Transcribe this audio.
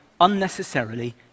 unnecessarily